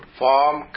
form